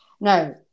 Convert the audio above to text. No